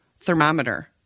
Thermometer